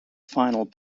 final